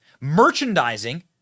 merchandising